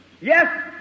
yes